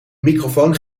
microfoon